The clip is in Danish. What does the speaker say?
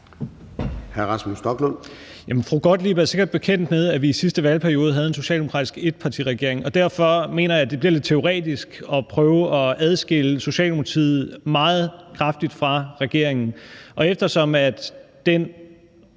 Rasmus Stoklund (S): Fru Jette Gottlieb er sikkert bekendt med, at vi i sidste valgperiode havde en socialdemokratisk etpartiregering, og derfor mener jeg, det bliver lidt teoretisk at prøve at adskille Socialdemokratiet meget kraftigt fra regeringen. Og eftersom den